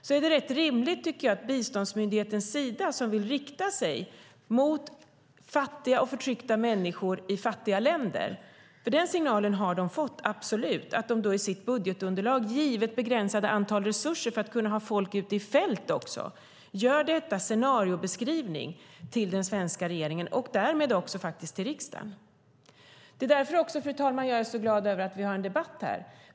Då är det rätt rimligt, tycker jag, att biståndsmyndigheten Sida, som vill rikta sig mot fattiga och förtryckta människor i fattiga länder - för den signalen har de absolut fått - i sitt budgetunderlag, givet begränsade resurser för att kunna ha folk ute i fält också, gör denna scenariobeskrivning till den svenska regeringen och därmed också till riksdagen. Det är också därför, fru talman, som jag är så glad över att vi har en debatt här.